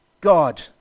God